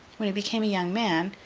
when he became a young man,